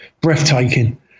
breathtaking